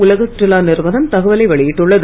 உலக சுற்றுலா நிறுவனம் இந்த தகவலை வெளியிட்டுள்ளது